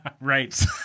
Right